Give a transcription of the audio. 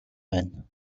байна